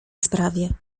sprawie